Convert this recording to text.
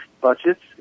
budgets